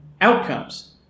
outcomes